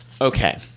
Okay